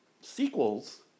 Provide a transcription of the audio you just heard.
sequels